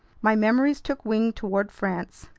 my memories took wing toward france,